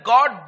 God